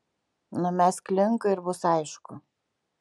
numesk linką ir bus aišku